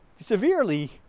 severely